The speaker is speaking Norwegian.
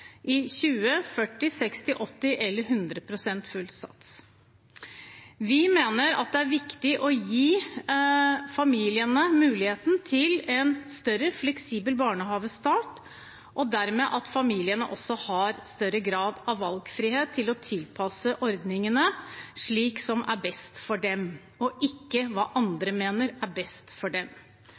i 20, 40, 60, 80 eller 100 pst. av full sats. Vi mener det er viktig å gi familiene muligheten til en mer fleksibel barnehagestart, og dermed at familiene også har større grad av valgfrihet til å tilpasse ordningene slik det er best for dem, og ikke hva andre mener er best for dem.